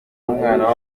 numwana